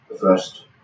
first